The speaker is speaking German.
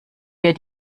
wir